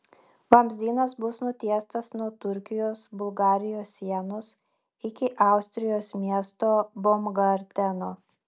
vamzdynas bus nutiestas nuo turkijos bulgarijos sienos iki austrijos miesto baumgarteno